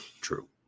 true